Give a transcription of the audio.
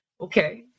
okay